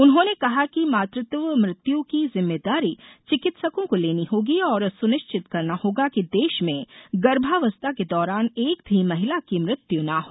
उन्होंने कहा कि मातृत्व मृत्यू की जिम्मेदारी चिकित्सकों को लेनी होगी और सुनिश्चित करना होगा की देश में गर्भावस्था के दौरान एक भी महिला की मृत्यु न हो